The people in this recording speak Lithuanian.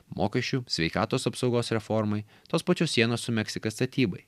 mokesčių sveikatos apsaugos reformai tos pačios sienos su meksika statybai